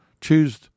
Choose